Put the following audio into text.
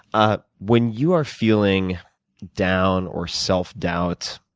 ah when you are feeling down or self-doubt,